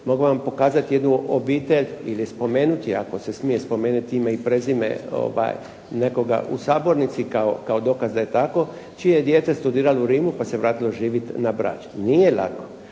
Mogu vam pokazati jednu obitelj ili spomenuti je, ako se smije spomenuti ime i prezime nekoga u sabornici kao dokaz a je tako, čije dijete studiralo u Rimu pa se vratilo živjeti na Brač. Nije lako,